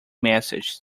messages